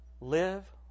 live